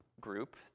group